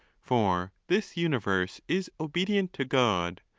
for this universe is obedient to god,